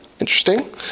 Interesting